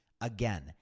Again